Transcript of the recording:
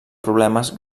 problemes